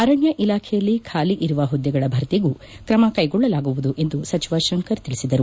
ಅರಣ್ಯ ಇಲಾಖೆಯಲ್ಲಿ ಖಾಲಿ ಇರುವ ಹುದ್ದೆಗಳ ಭರ್ತಿಗೂ ಕ್ರಮಕ್ವೆಗೊಳ್ಳಲಾಗುವುದು ಎಂದು ಸಚಿವ ಶಂಕರ್ ತಿಳಿಸಿದರು